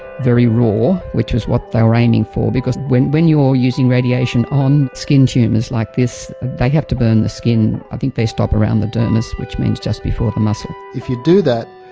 very raw, which is they were aiming for, because when when you are using radiation on skin tumours like this, they have to burn the skin. i think they stop around the dermis, which means just before the muscle. if you do that,